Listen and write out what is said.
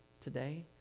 today